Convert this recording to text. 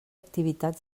activitat